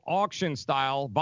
auction-style